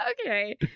Okay